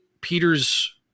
Peter's